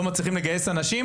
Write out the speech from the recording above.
לא מצליחים לגייס אנשים?